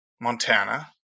Montana